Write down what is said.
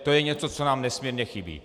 To je něco, co nám nesmírně chybí.